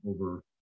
over